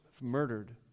murdered